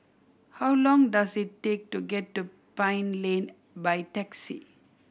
how long does it take to get to Pine Lane by taxi